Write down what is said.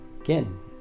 again